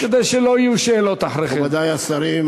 מכובדי השרים,